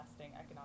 economic